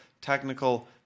technical